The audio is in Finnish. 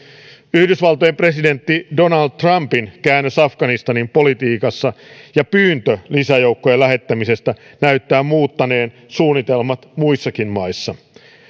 yhdysvaltojen presidentti donald trumpin käännös afganistanin politiikassa ja pyyntö lisäjoukkojen lähettämisestä näyttää muuttaneen suunnitelmat muissakin maissa